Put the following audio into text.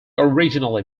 originally